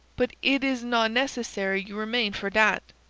but id is not necessary you remain for dat.